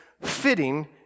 fitting